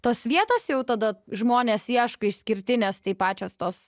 tos vietos jau tada žmonės ieško išskirtinės tai pačios tos